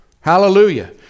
Hallelujah